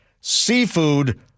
seafood